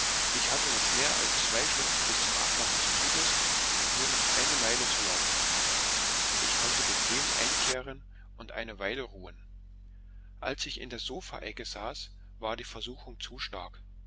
ich hatte noch mehr als zwei stunden bis zum abgang des zugs und nur noch eine meile zu laufen ich konnte bequem einkehren und eine weile ruhen als ich in der sofaecke saß war die versuchung zu stark